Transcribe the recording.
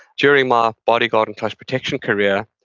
during my bodyguard and kind of protection career,